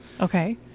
Okay